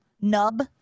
nub